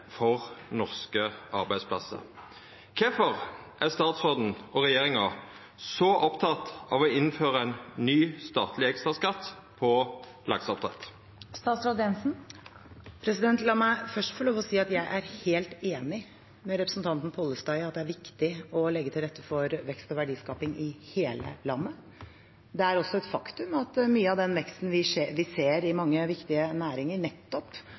for norske arbeidsplassar. Kvifor er statsråden og regjeringa så opptekne av å innføra ein ny statleg ekstraskatt på lakseoppdrett? La meg først få lov til å si at jeg er helt enig med representanten Pollestad i at det er viktig å legge til rette for vekst og verdiskaping i hele landet. Det er også et faktum at mye av den veksten vi ser i mange viktige næringer, nettopp